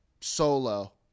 solo